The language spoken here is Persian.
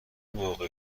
موقع